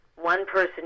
one-person